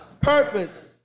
purpose